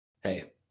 Hey